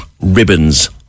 ribbons